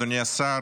אדוני השר,